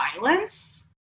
violence